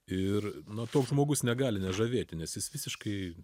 ir na toks žmogus negali nežavėti nes jis visiškai